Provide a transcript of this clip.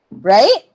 right